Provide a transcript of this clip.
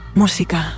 música